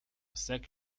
sechs